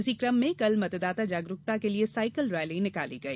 इसी क्रम में कल मतदाता जागरूकता के लिए सायकल रैली निकाली गई